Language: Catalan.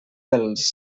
dels